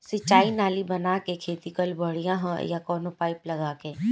सिंचाई नाली बना के खेती कईल बढ़िया ह या कवनो पाइप लगा के?